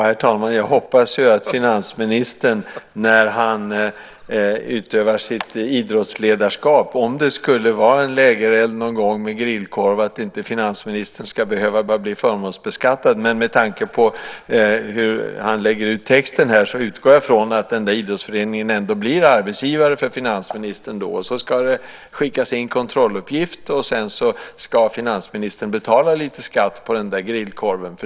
Herr talman! Jag hoppas att finansministern när han utövar sitt idrottsledarskap, om det skulle vara en lägereld någon gång med grillkorv, inte ska behöva bli förmånsbeskattad. Med tanke på hur han lägger ut texten här utgår jag ifrån att idrottsföreningen ändå blir arbetsgivare för finansministern. Det ska skickas in kontrolluppgift, och sedan ska finansministern betala lite skatt på grillkorven.